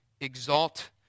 exalt